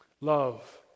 Love